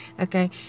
okay